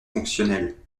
fonctionnelle